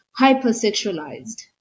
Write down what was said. hypersexualized